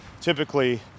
typically